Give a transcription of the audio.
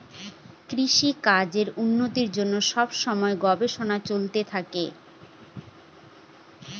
কৃষিকাজের উন্নতির জন্য সব সময় গবেষণা চলতে থাকে